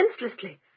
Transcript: senselessly